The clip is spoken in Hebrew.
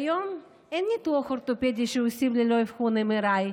כיום אין ניתוח אורתופדי שעושים ללא אבחון MRI,